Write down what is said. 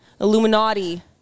Illuminati